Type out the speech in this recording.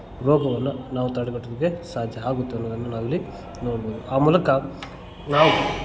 ರೋಗವನ್ನು ನಾವು ತಡೆಗಟ್ಟಲಿಕ್ಕೆ ಸಾಧ್ಯ ಆಗುತ್ತೆ ಅನ್ನೋದನ್ನು ನಾವಿಲ್ಲಿ ನೋಡ್ಬೋದು ಆ ಮೂಲಕ ನಾವು